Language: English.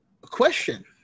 question